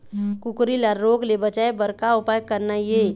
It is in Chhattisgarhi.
कुकरी ला रोग ले बचाए बर का उपाय करना ये?